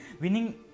winning